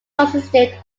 consisted